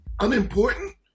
unimportant